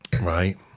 Right